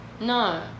No